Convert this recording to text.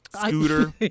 scooter